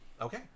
Okay